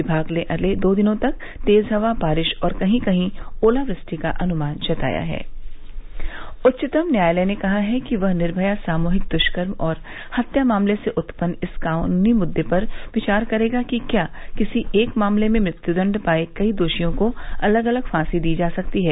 विभाग ने अगले दो दिनों तक तेज हवा बारिश और कही कहीं ओलावृष्टि का अनुमान जताया है उच्चतम न्यायालय ने कहा है कि वह निर्भया सामूहिक दृष्कर्म और हत्या मामले से उत्पन्न इस कानूनी मुद्दे पर विचार करेगा कि क्या किसी एक मामले में मृत्युदंड पाये कई दोषियों को अलग अलग फासी दी जा सकती है